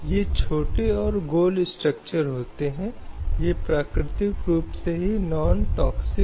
जिससे धर्म वंश जाति लिंग आदि के आधार पर कोई भेदभाव न हो सके